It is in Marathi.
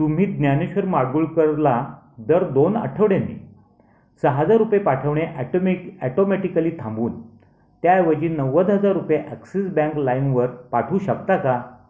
तुम्ही ज्ञानेश्वर माडगुळकरला दर दोन आठवड्यांनी सहा हजार रुपये पाठवणे ॲटोमेक ॲटोमॅटिकली थांबवून त्याऐवजी नव्वद हजार रुपये ॲक्सिस बँक लाईमवर पाठवू शकता का